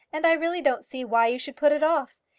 and i really don't see why you should put it off.